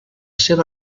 seva